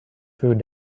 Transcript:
food